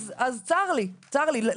אז צר לי, צר לי.